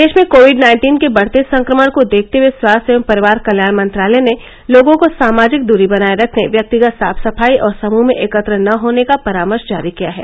देश में COVID nineteen के बढ़ते संक्रमण को देखते हुए स्वास्थ्य एवं परिवार कल्याण मंत्रालय ने लोगों को सामाजिक दूरी बनाए रखने व्यक्तिगत साफ सफाई और समृह में एकत्र न होने का परामर्श जारी किया है